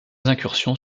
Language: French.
incursions